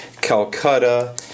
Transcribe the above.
Calcutta